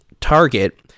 target